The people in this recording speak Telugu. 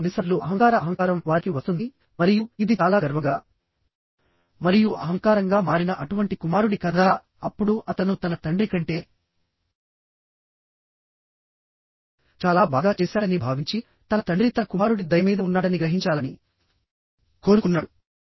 అప్పుడు కొన్నిసార్లు అహంకార అహంకారం వారికి వస్తుంది మరియు ఇది చాలా గర్వంగా మరియు అహంకారంగా మారిన అటువంటి కుమారుడి కథ అప్పుడు అతను తన తండ్రి కంటే చాలా బాగా చేశాడని భావించి తన తండ్రి తన కుమారుడి దయ మీద ఉన్నాడని గ్రహించాలని కోరుకున్నాడు